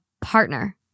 partner